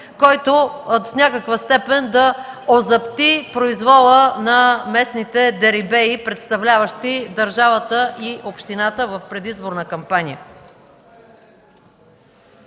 който в някаква степен да озапти произвола на местните дерибеи, представляващи държавата и общината в предизборна кампания.